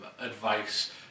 advice